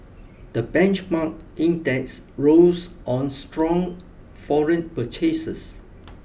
the benchmark index rose on strong foreign purchases